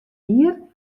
jier